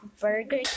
Burger